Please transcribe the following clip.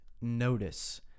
notice